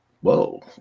whoa